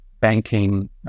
banking